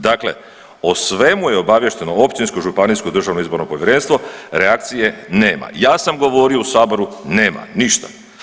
Dakle, o svemu je obaviješteno općinsko, županijsko i državno izborno povjerenstvo, reakcije nema i ja sam govorio u saboru nema ništa.